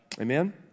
Amen